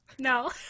No